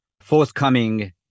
forthcoming